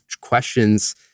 questions